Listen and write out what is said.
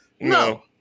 No